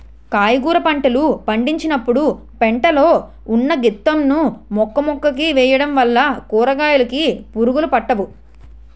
కాయగుర పంటలు పండించినపుడు పెంట లో ఉన్న గెత్తం ను మొక్కమొక్కకి వేయడం వల్ల కూరకాయలుకి పురుగులు పట్టవు